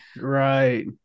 Right